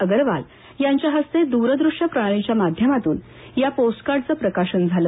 अगरवाल यांच्या हस्ते द्रदृश्य प्रणालीच्या माध्यमातून या पोस्टकार्डचं प्रकाशन झालं